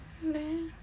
man